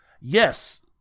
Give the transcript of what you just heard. yes